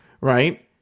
Right